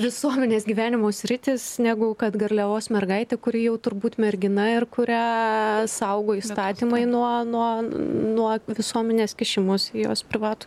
visuomenės gyvenimo sritys negu kad garliavos mergaitė kuri jau turbūt mergina ir kurią saugo įstatymai nuo nuo nuo visuomenės kišimosi į jos privatų